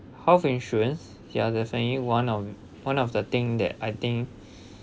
health insurance ya definitely one of one of the thing that I think